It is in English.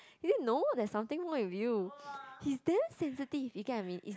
you didn't know there's something wrong with you he's damn sensitive you get what I mean is